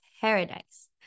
paradise